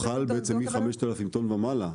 הוא חל מ-5,000 ומעלה.